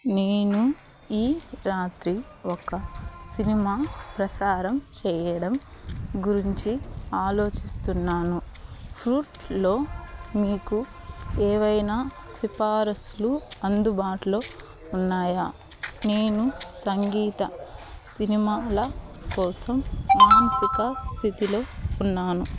నేను ఈ రాత్రి ఒక సినిమా ప్రసారం చేయడం గురించి ఆలోచిస్తున్నాను వూట్లో మీకు ఏవైనా సిఫారస్లు అందుబాటులో ఉన్నాయా నేను సంగీత సినిమాల కోసం మానసిక స్థితిలో ఉన్నాను